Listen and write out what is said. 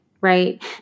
right